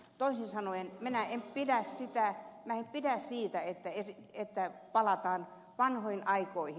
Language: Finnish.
toisin sanoen minä en pidä siitä että palataan vanhoihin aikoihin